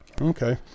Okay